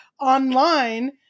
online